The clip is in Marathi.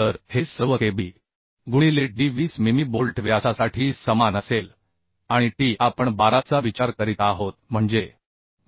तर हे सर्व K b गुणिले d 20 मिमी बोल्ट व्यासासाठी समान असेल आणि t आपण 12 चा विचार करीत आहोत म्हणजे